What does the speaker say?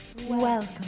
Welcome